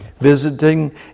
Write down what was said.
Visiting